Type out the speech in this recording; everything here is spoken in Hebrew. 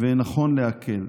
ונכון להקל.